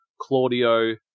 Claudio